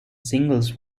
singles